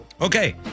Okay